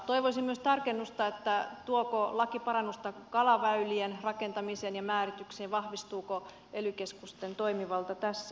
toivoisin myös tarkennusta siihen tuoko laki parannusta kalaväylien rakentamiseen ja määritykseen vahvistuuko ely keskusten toimivalta tässä